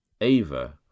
Ava